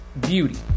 beauty